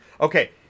Okay